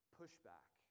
pushback